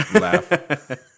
laugh